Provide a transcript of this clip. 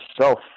self